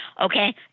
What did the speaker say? Okay